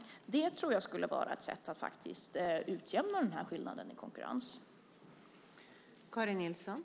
Det skulle vara ett sätt att utjämna skillnaden i konkurrensförmåga.